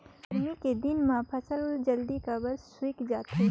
गरमी कर दिन म फसल जल्दी काबर सूख जाथे?